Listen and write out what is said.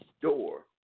door